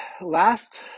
last